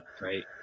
Right